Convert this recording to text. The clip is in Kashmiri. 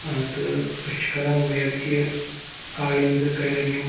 ٲں تہٕ أسۍ چھِ کَران اُمید کہِ آیِندٕ کَریٚن یِم